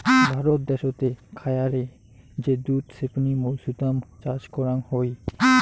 ভারত দ্যাশোতে খায়ারে যে দুধ ছেপনি মৌছুদাম চাষ করাং হই